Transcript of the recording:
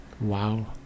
Wow